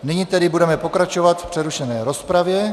Nyní tedy budeme pokračovat v přerušené rozpravě.